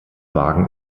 wagen